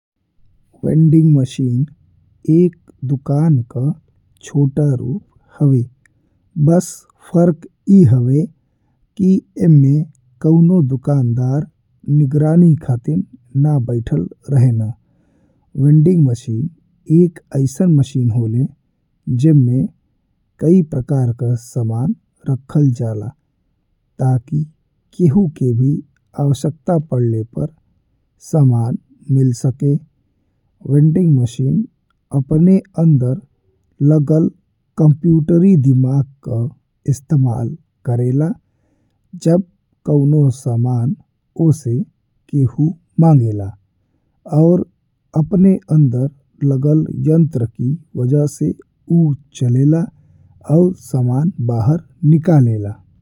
Vending machine एक दुकान का छोटा रूप हवे बस फर्क ई हवे कि ई में कवनो दुकानदार निगरानी खातिर ना बैठल रहें। वेंडिंग मशीन एक अइसन मशीन होला जेमे कई प्रकार का सामान रखल जाला ताकि केहू के भी आवश्यकता पड़े पर सामान मिल सके। वेंडिंग मशीन अपने अंदर लागल कंम्प्यूटरी दिमाग का इस्तेमाल करेला जब कउनो सामान ओसे केहू मांगे ला और अपने अंदर लागल यंत्र के वजह से ऊ चले ला और सामान बाहर निकले ला।